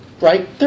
right